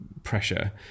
pressure